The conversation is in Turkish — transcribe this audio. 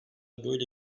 böyle